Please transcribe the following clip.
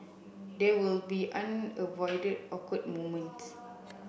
there will be awkward moments